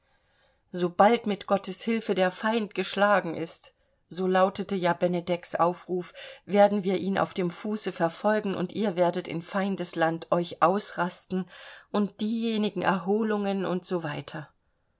sobald mit gottes hilfe der feind geschlagen ist so lautete ja benedeks aufruf werden wir ihn auf dem fuße verfolgen und ihr werdet in feindesland euch ausrasten und diejenigen erholungen und so weiter